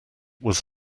was